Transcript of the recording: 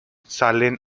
salen